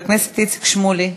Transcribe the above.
חבר הכנסת איציק שמולי,